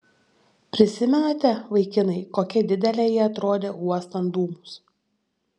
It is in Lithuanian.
prisimenate vaikinai kokia didelė ji atrodė uostant dūmus